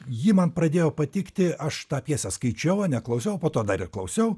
ji man pradėjo patikti aš tą pjesę skaičiau neklausiau po to dar ir klausiau